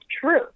true